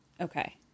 Okay